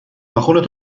ناخنت